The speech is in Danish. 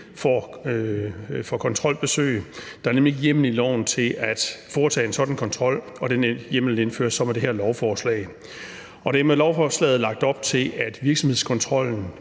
får kontrolbesøg. Der er nemlig ikke hjemmel i loven til at foretage en sådan kontrol, og den hjemmel indføres så med det her lovforslag. Der er med lovforslaget lagt op til, at virksomhedskontrollen